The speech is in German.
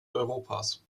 europas